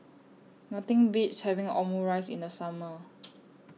Nothing Beats having Omurice in The Summer